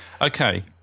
Okay